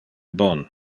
bon